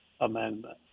amendment